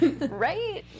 right